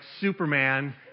Superman